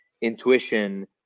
intuition